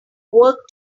work